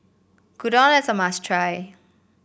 gyudon is a must try